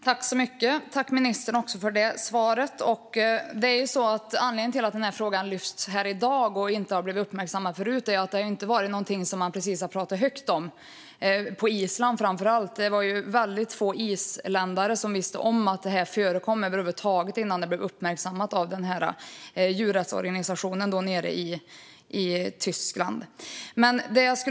Herr talman! Tack, ministern, för också det svaret! Anledningen till att frågan lyfts fram här i dag och inte har blivit uppmärksammad förut är att det inte precis har varit någonting som man har pratat högt om framför allt på Island. Det var väldigt få islänningar som visste om att det förekom över huvud taget innan det blev uppmärksammat av djurrättsorganisationen i Tyskland.